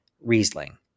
Riesling